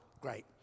great